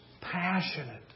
Passionate